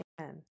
Amen